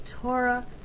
Torah